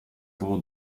può